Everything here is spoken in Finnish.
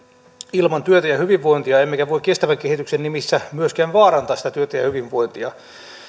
ilman työtä ja hyvinvointia emmekä voi kestävän kehityksen nimissä myöskään vaarantaa sitä työtä ja hyvinvointia